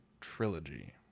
trilogy